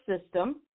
system